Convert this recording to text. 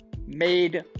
made